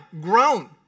grown